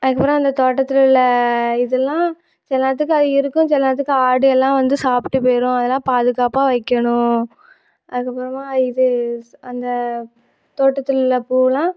அதுக்கு அப்புறம் அந்த தோட்டத்தில் உள்ள இதெல்லாம் சில நேரத்துக்கு அது இருக்கும் சில நேரத்துக்கு ஆடெயெல்லாம் வந்து சாப்பிட்டு போயிடும் அதெல்லாம் பாதுகாப்பாக வைக்கணும் அதுக்கு அப்புறமா இது அந்த தோட்டத்தில் உள்ள பூவெல்லாம்